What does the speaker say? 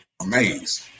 amazed